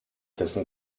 dessen